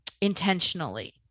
intentionally